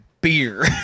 beer